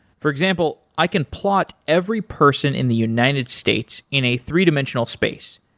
for example, i can plot every person in the united states in a three-dimensional space,